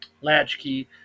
latchkey